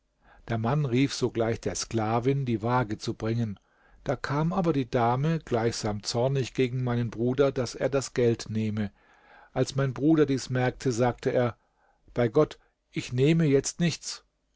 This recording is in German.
der mann rief sogleich der sklavin die waage zu bringen da kam aber die dame gleichsam zornig gegen meinen bruder daß er das geld nehme als mein bruder dies merkte sagte er bei gott ich nehme jetzt nichts